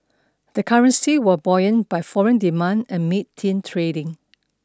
the currency were buoyant by foreign demand amid thin trading